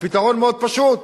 והפתרון מאוד פשוט: